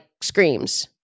screams